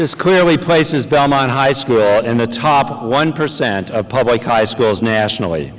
this clearly places beyond high school and the top one percent public high schools nationally